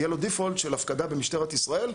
תהיה לו ברירת מחדל של הפקדה במשטרת ישראל,